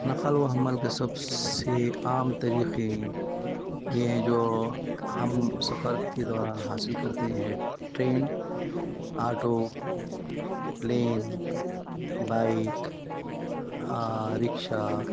نقل و حمل کے سب سے عام طریقے یہ ہیں جو ہم سفر کے دوران حاصل کرتے ہیں ٹرین آٹو پلین بائک رکشہ